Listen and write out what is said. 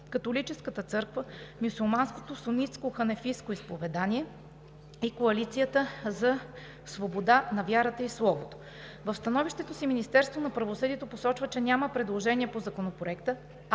Католическата църква, Мюсюлманското сунитско ханефитско изповедание и Коалицията за свободата на вярата и словото. В становището си Министерството на правосъдието посочва, че няма предложения по Законопроекта,